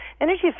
energy